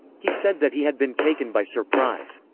he said that he had been taken by surprise.